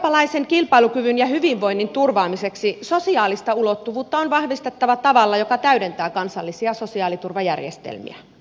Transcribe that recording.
eurooppalaisen kilpailukyvyn ja hyvinvoinnin turvaamiseksi sosiaalista ulottuvuutta on vahvistettava tavalla joka täydentää kansallisia sosiaaliturvajärjestelmiä